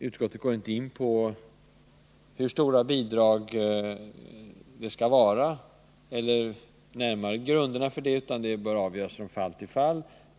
Utskottet går inte in på frågan hur stora bidrag sådana kommuner skall kunna få eller på de närmare grunderna för dessa, utan menar att det bör avgöras från fall till fall.